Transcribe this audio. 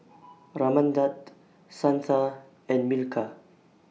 Ramnath Santha and Milkha